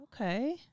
Okay